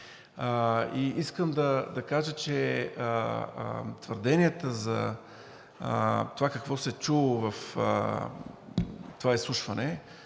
И искам да кажа, че твърденията за това какво се е чуло в това изслушване,